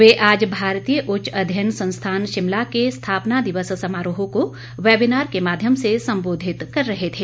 वे आज भारतीय उच्च अध्ययन संस्थान शिमला के स्थापना दिवस समारोह को वेबिनार के माध्यम से संबोधित कर रहे थे